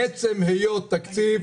מעצם היות תקציב,